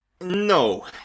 No